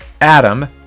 Adam